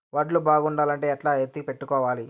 వడ్లు బాగుండాలంటే ఎట్లా ఎత్తిపెట్టుకోవాలి?